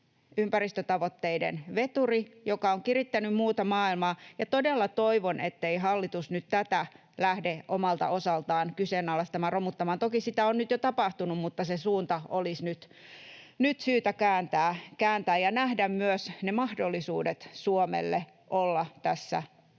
ympäristötavoitteiden veturi, joka on kirittänyt muuta maailmaa, ja todella toivon, ettei hallitus nyt tätä lähde omalta osaltaan kyseenalaistamaan ja romuttamaan. Toki sitä on nyt jo tapahtunut, mutta se suunta olisi nyt syytä kääntää ja nähdä myös ne mahdollisuudet Suomelle olla tässä